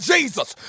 Jesus